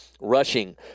rushing